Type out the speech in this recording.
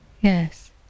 yes